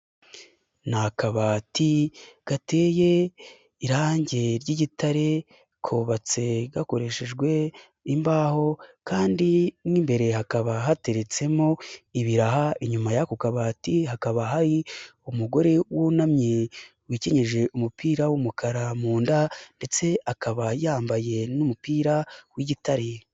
Ni akabati gateye irangi ry'igitare kubabatse gakoreshejwe imbaho kandi n'imbere hakaba hateretsemo ibiraha, inyuma y'ako kabati hakaba hari umugore wunamye wikenyeje umupira w'umukara mu nda, ndetse akaba yambaye n'umupira w'igitare.